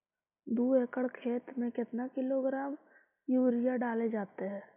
दू एकड़ खेत में कितने किलोग्राम यूरिया डाले जाते हैं?